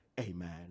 amen